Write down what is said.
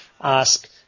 ask